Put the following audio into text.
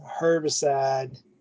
herbicide